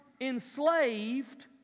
enslaved